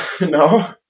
No